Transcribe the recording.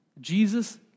Jesus